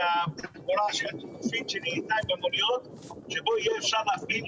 זה התחבורה השיתופית שנהייתה עם המוניות שבו יהיה אפשר להפעיל